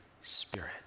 Spirit